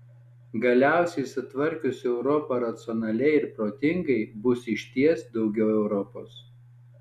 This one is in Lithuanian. galiausiai sutvarkius europą racionaliai ir protingai bus išties daugiau europos